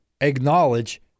acknowledge